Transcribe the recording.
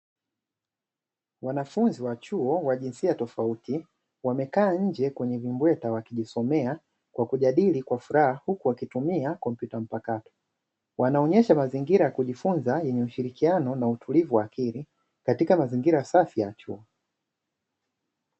Wanafunzi wa chuo wa jinsia tofauti, wamekaa nje kwenye vibweta wakijisomea kwa kujadili kwa furaha kwa kutumia kompyuta mpakato. Wanaonesha mazingira ya kujifunza kwa ushirikiano na utulivu wa akili katika mazingira safi ya chuo.